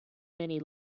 many